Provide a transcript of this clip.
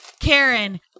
Karen